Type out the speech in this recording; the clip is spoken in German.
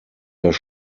das